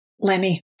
Lenny